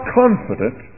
confident